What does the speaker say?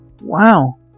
wow